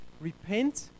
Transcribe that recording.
Repent